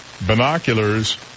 binoculars